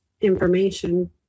information